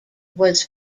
was